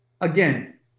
again